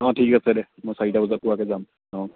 অঁ ঠিক আছে দে মই চাৰিটা বজাত পোৱাকৈ যাম অঁ